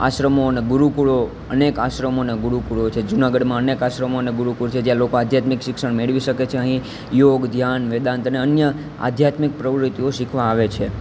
આશ્રમો અને ગુરુકુળો અનેક આશ્રમો ને ગુરુકુળો છે જુનાગઢમાં અનેક આશ્રમો અને ગુરુકુળ છે જ્યાં લોકો આધ્યાત્મિક શિક્ષણ મેળવી શકે છે અહીં યોગ ધ્યાન વેદાંત અને અન્ય આધ્યાત્મિક પ્રવૃત્તિઓ શીખવાં આવે છે